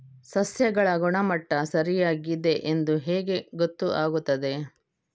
ಸಸ್ಯಗಳ ಗುಣಮಟ್ಟ ಸರಿಯಾಗಿ ಇದೆ ಎಂದು ಹೇಗೆ ಗೊತ್ತು ಆಗುತ್ತದೆ?